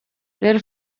der